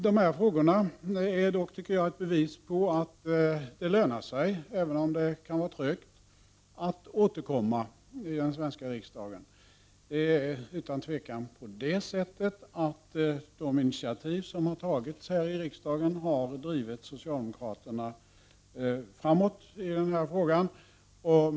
Dessa frågor är dock ett bevis på att det lönar sig, även om det kan vara trögt, att återkomma i den svenska riksdagen. Det är utan tvivel så att de initiativ som tagits här i riksdagen har drivit socialdemokraterna framåt i denna fråga.